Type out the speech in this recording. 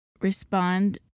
respond